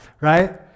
right